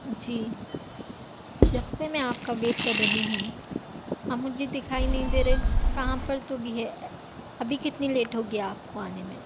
جی جب سے میں آپ کا ویٹ کر رہی ہوں آپ مجھے دکھائی نہیں دے رہے کہاں پر تو بھی ہے ابھی کتنی لیٹ ہوگی آپ کو آنے میں